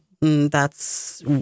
thats